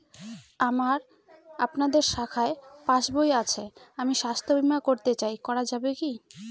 আমার আপনাদের শাখায় পাসবই আছে আমি স্বাস্থ্য বিমা করতে চাই করা যাবে কি?